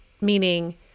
meaning